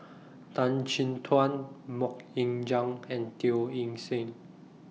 Tan Chin Tuan Mok Ying Jang and Teo Eng Seng